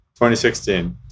2016